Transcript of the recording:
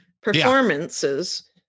performances